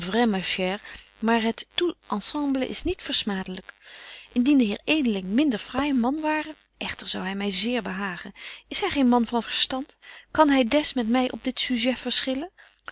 maar het tout ensemble is niet versmadelyk indien de heer edeling minder fraai man ware echter zou hy my zeer behagen is hy geen man van verstand kan hy des met my op dit sujet verschillen